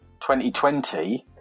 2020